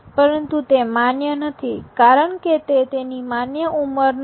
પરંતુ તે માન્ય નથી કારણ કે તે તેની માન્ય ઉંમર નથી